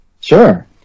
Sure